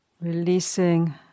releasing